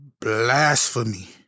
blasphemy